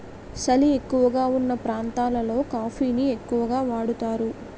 సలి ఎక్కువగావున్న ప్రాంతాలలో కాఫీ ని ఎక్కువగా వాడుతారు